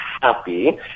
happy